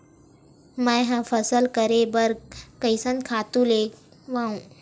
मैं ह फसल करे बर कइसन खातु लेवां?